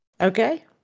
Okay